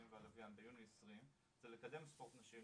והלוויין ביוני 2020 הוא לקדם ספורט נשים,